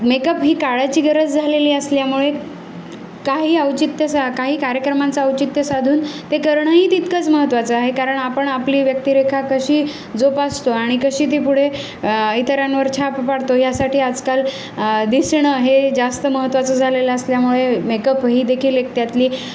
makeup ही काळाची गरज झालेली असल्यामुळे काही औचित्य सा काही कार्यक्रमांचा औचित्य साधून ते करणंही तितकंच महत्त्वाचं आहे कारण आपण आपली व्यक्तिरेखा कशी जोपासतो आणि कशी ती पुढे इतरांवर छाप पाडतो ह्यासाठी आजकाल दिसणं हे जास्त महत्त्वाचं झालेलं असल्यामुळे मेकअप हीदेखील एक त्यातली